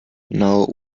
now